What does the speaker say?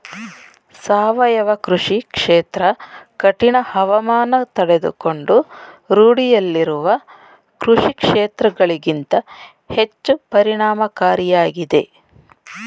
ಸಾವಯವ ಕೃಷಿ ಕ್ಷೇತ್ರ ಕಠಿಣ ಹವಾಮಾನ ತಡೆದುಕೊಂಡು ರೂಢಿಯಲ್ಲಿರುವ ಕೃಷಿಕ್ಷೇತ್ರಗಳಿಗಿಂತ ಹೆಚ್ಚು ಪರಿಣಾಮಕಾರಿಯಾಗಿದೆ